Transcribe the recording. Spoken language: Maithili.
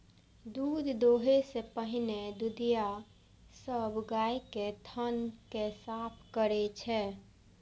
दूध दुहै सं पहिने दुधिया सब गाय के थन कें साफ करै छै